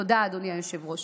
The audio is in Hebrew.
תודה, אדוני היושב-ראש.